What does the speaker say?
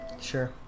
Sure